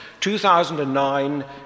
2009